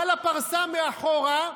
בא לפרסה מאחורה,